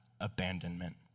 abandonment